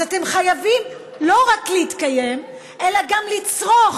אז אתם חייבים לא רק להתקיים אלא גם לצרוך,